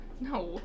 no